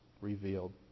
revealed